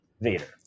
Vader